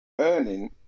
earning